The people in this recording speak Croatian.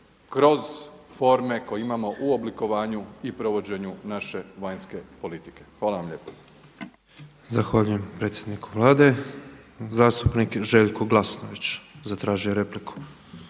kroz forme koje imamo u oblikovanju i provođenju naše vanjske politike. Hvala vam lijepa. **Petrov, Božo (MOST)** Zahvaljujem predsjedniku Vladu. Zastupnik Željko Glasnović zatražio je repliku.